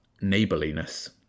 neighborliness